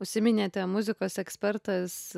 užsiminėte muzikos ekspertas